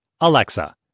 Alexa